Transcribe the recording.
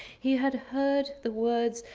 he had heard the words,